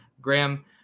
Graham